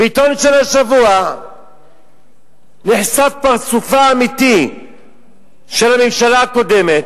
בעיתון של השבוע נחשף פרצופה האמיתי של הממשלה הקודמת,